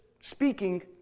speaking